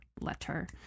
letter